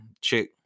Check